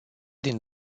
din